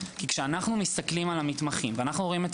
כי כשאנחנו מסתכלים על המתמחים ואנחנו רואים את